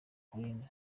collines